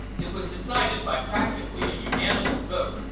it was decided by practically a unanimous vote,